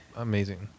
Amazing